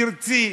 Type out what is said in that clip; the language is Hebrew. תרצי,